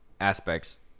aspects